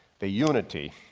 the unity.